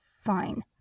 Fine